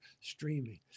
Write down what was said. streaming